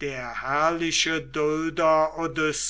der herrliche dulder